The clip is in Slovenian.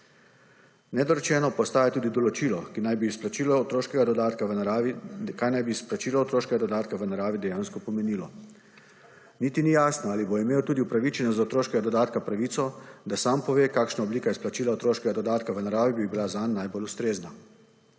otroškega dodatka v naravi, kaj naj bi izplačilo otroškega dodatka v naravi dejansko pomenilo, niti ni jasno ali bo imeli tudi upravičenec do otroškega dodatka pravico, da sam pove, kakšna oblika izplačila otroškega dodatka v naravi bi bila zanj najbolj ustrezna.